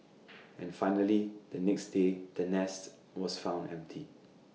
and finally the next day the nest was found empty